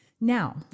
Now